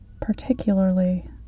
particularly